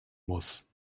muss